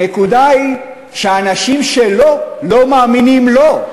הנקודה היא שהאנשים שלו לא מאמינים לו.